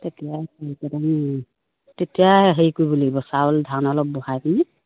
তেতিয়া তেতিয়া হেৰি কৰিব লাগিব চাউল ধান অলপ বহাই পিনি